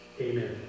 Amen